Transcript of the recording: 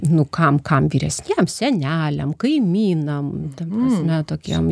nu kam kam vyresniems seneliam kaimynam ta prasme tokiem